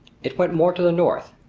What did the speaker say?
it went more to the north,